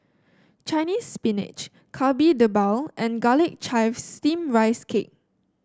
Chinese Spinach Kari Debal and Garlic Chives Steamed Rice Cake